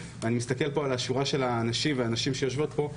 אני מסתכל פה על השורה של האנשים והנשים שיושבות פה,